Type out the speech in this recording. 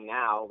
now